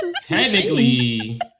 technically